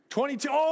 Twenty-two